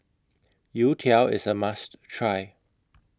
Youtiao IS A must Try